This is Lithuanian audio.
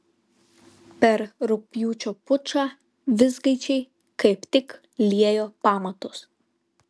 per rugpjūčio pučą vizgaičiai kaip tik liejo pamatus